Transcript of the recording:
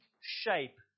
shape